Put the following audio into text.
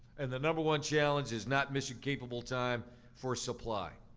and the number one challenge is not mission capable time for supply.